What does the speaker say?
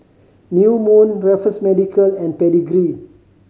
New Moon Raffles Medical and Pedigree